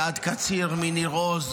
אלעד קציר מניר עוז,